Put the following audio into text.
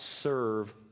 serve